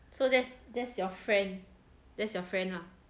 so that's that's your friend that's your friend ah